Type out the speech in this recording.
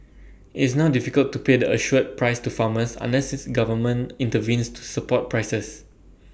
IT is now difficult to pay the assured prices to farmers unless this government intervenes to support prices